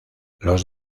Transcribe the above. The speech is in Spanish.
los